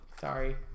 Sorry